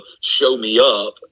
show-me-up